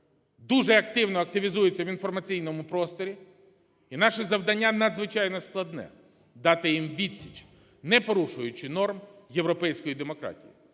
дуже активно активізується в інформаційному просторі, і наше завдання надзвичайно складне – дати їм відсіч, не порушуючи норм європейської демократії.